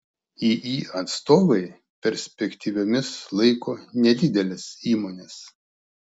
iį atstovai perspektyviomis laiko nedideles įmones